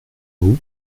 vous